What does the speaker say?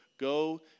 go